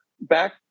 back